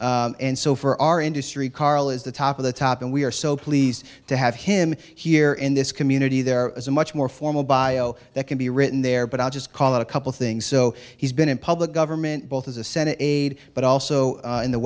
and so for our industry karl is the top of the top and we are so pleased to have him here in this community there is a much more formal bio that can be written there but i'll just call it a couple things so he's been in public government both as a senate aide but also in the